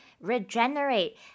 regenerate